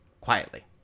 quietly